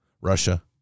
Russia